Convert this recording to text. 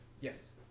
yes